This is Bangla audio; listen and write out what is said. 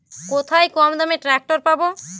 কোথায় কমদামে ট্রাকটার পাব?